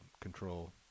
control